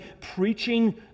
preaching